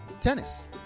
Tennis